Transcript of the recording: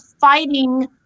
fighting